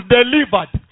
delivered